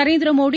Narendra Modi